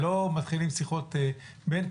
ולא מתחילים שיחות בין,